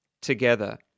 together